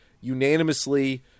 unanimously